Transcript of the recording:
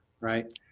Right